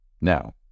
Now